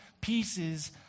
pieces